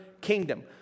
kingdom